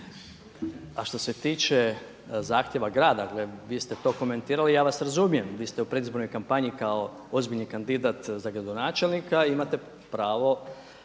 A što se tiče zahtjeva grada, vi ste to komentirali i ja vas razumijem. Vi ste u predizbornoj kampanji kao ozbiljni kandidat za gradonačelnika i imate pravo